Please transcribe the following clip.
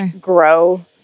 grow